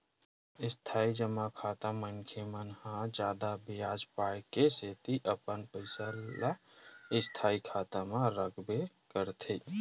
इस्थाई जमा खाता मनखे मन ह जादा बियाज पाय के सेती अपन पइसा ल स्थायी खाता म रखबे करथे